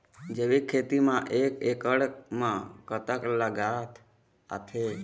जैविक खेती म एक एकड़ म कतक लागत आथे?